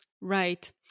Right